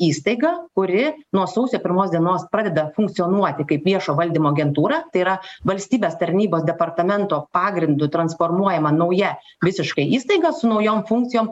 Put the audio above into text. įstaigą kuri nuo sausio pirmos dienos pradeda funkcionuoti kaip viešo valdymo agentūra tai yra valstybės tarnybos departamento pagrindu transformuojama nauja visiškai įstaiga su naujom funkcijom